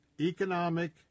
economic